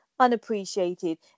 unappreciated